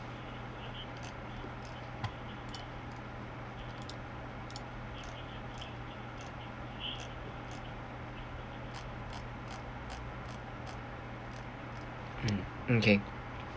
um um kay